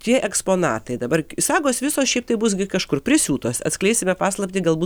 tie eksponatai dabar sagos visos šiaip tai bus gi kažkur prisiūtos atskleisime paslaptį galbūt